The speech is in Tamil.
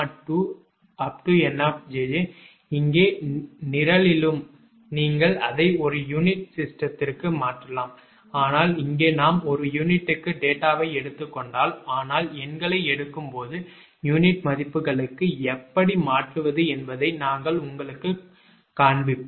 𝑁 𝑗𝑗 இங்கே நிரலிலும் நீங்கள் அதை ஒரு யூனிட் சிஸ்டத்திற்கு மாற்றலாம் ஆனால் இங்கே நாம் ஒரு யூனிட்டுக்கு டேட்டாவை எடுத்துக்கொண்டால் ஆனால் எண்களை எடுக்கும் போது யூனிட் மதிப்புகளுக்கு எப்படி மாற்றுவது என்பதை நாங்கள் உங்களுக்குக் காண்பிப்போம்